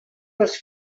dels